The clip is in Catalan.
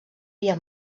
via